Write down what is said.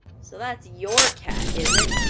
so that's your cat, is it?